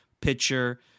pitcher